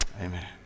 Amen